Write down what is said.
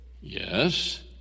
Yes